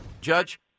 Judge